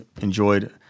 enjoyed